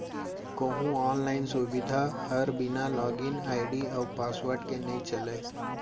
कोहूँ आनलाइन सुबिधा हर बिना लॉगिन आईडी अउ पासवर्ड के नइ चलय